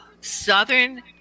southern